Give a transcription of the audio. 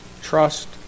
trust